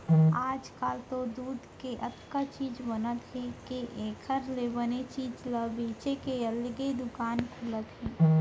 आजकाल तो दूद के अतका चीज बनत हे के एकर ले बने चीज ल बेचे के अलगे दुकान खुलत हे